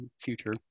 future